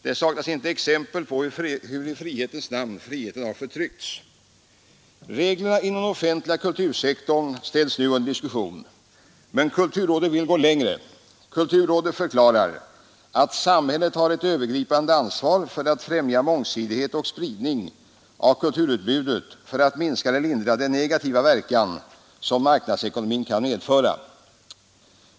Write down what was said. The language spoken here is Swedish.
Det saknas inte exempel på hur i frihetens namn friheten har förtryckts. Reglerna inom den offentliga kultursektorn ställs under diskussion, men kulturrådet vill gå längre. Kulturrådet förklarar ”att samhället har ett övergripande ansvar för att främja mångsidighet och spridning av kulturutbudet för att minska eller lindra den negativa verkan som marknadsekonomin kan medföra”.